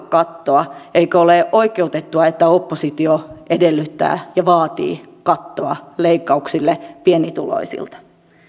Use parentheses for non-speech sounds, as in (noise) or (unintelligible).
(unintelligible) kattoa eikö ole oikeutettua että oppositio edellyttää ja vaatii kattoa leikkauksille pienituloisilta